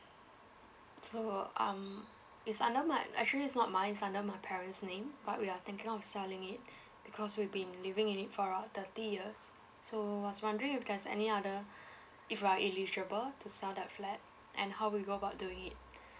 so um it's under my actually it's not mine it's under my parents' name but we are thinking of selling it because we've been living in it for about thirty years so was wondering if there's any other if we are eligible to sell that flat and how we go about doing it